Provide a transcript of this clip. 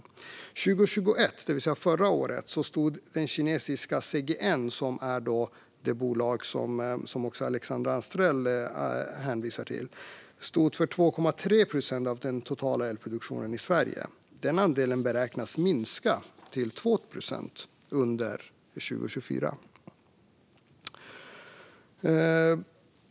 År 2021, det vill säga förra året, stod det kinesiska bolaget CGN, som Alexandra Anstrell hänvisar till, för 2,3 procent av den totala elproduktionen i Sverige. Denna andel beräknas minska till 2 procent under 2024.